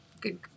Good